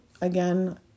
Again